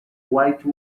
white